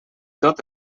tot